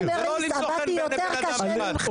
אני בלי פריימריז עבדתי יותר קשה ממך.